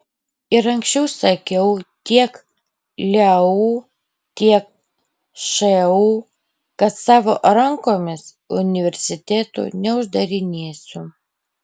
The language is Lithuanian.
ir anksčiau sakiau tiek leu tiek šu kad savo rankomis universitetų neuždarinėsiu